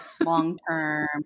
long-term